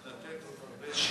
צריך, לתת עוד הרבה שיניים.